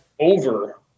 over